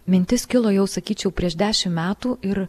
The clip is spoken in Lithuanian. mintis kilo jau sakyčiau prieš dešim metų ir